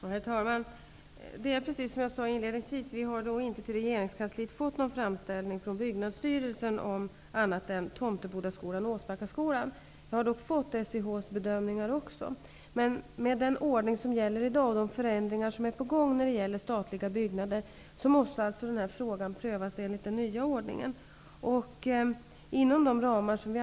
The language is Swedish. Herr talman! Det är precis som jag sade inledningsvis: regeringskansliet har inte fått någon framställan från Byggnadsstyrelsen om annat än Tomtebodaskolan och Åsbackaskolan. Jag har dock fått även SIH:s bedömningar. Med den ordning som i dag gäller för de förändringar som är på gång när det gäller statliga byggnader, måste frågan prövas enligt den nya ordningen.